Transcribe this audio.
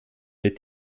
mit